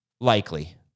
likely